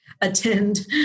attend